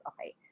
Okay